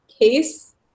Case